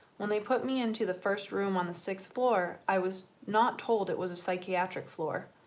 when they put me into the first room on the sixth floor i was not told it was a psychiatric floor.